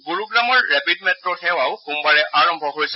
গুৰুগ্ৰামৰ rapid মেট্ সেৱাও সোমবাৰে আৰম্ভ হৈছে